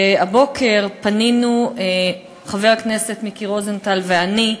הבוקר פנינו, חבר הכנסת מיקי רוזנטל ואני,